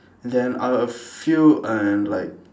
then after a few and like